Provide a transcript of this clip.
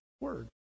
Word